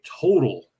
total